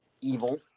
evil